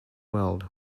world